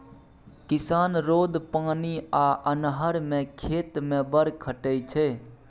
किसान रौद, पानि आ अन्हर मे खेत मे बड़ खटय छै